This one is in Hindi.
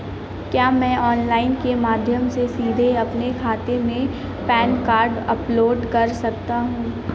क्या मैं ऑनलाइन के माध्यम से सीधे अपने खाते में पैन कार्ड अपलोड कर सकता हूँ?